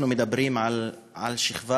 אנחנו מדברים על שכבה,